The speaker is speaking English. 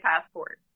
passport